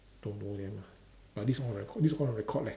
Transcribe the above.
don't know them lah but this one record this one record leh